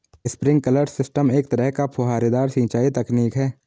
sprinkler system एक तरह का फुहारेदार सिंचाई तकनीक है